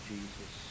Jesus